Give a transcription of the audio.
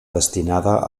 destinada